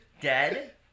Dead